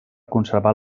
conservar